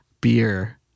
beer